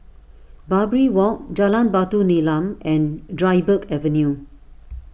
Barbary Walk Jalan Batu Nilam and Dryburgh Avenue